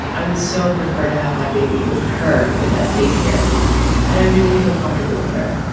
i would so prefer to have my baby with her than a daycare and i really feel comfortable with her.